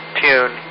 tune